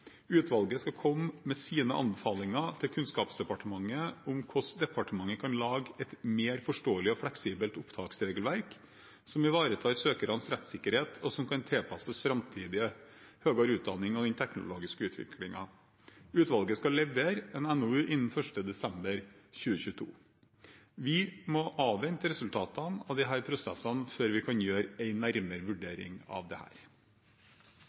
Utvalget skal komme med sine anbefalinger til Kunnskapsdepartementet om hvordan departementet kan lage et mer forståelig og fleksibelt opptaksregelverk, som ivaretar søkernes rettssikkerhet, og som kan tilpasses framtidig høyere utdanning og den teknologiske utviklingen. Utvalget skal levere en NOU innen 1. desember 2022. Vi må avvente resultatene av disse prosessene før vi kan gjøre en nærmere vurdering av